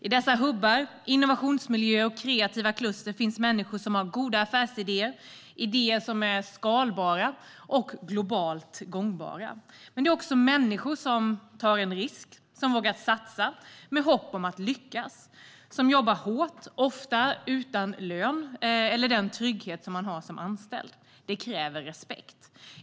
I dessa hubbar, innovationsmiljöer och kreativa kluster finns människor som har goda affärsidéer, idéer som är skalbara och globalt gångbara. Men dessa är också människor som tar en risk, som vågar satsa med hopp om att lyckas. De jobbar hårt, ofta utan lön eller den trygghet man har som anställd. Det kräver respekt.